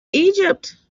egypt